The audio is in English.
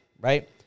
Right